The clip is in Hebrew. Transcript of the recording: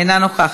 אינה נוכחת,